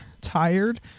tired